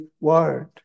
word